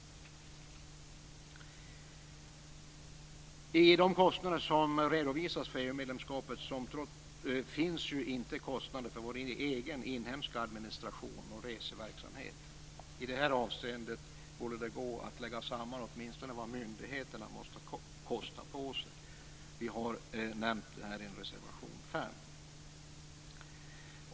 I de kostnader för EU-medlemskapet som redovisas finns inte kostnaderna för vår egen inhemska administration och reseverksamhet med. I det här avseendet borde det gå att lägga samman åtminstone vad myndigheterna måste kosta på sig. Vi har nämnt detta i reservation 5.